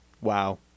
Wow